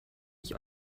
ich